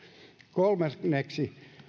kolmanneksi